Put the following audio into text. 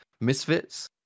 Misfits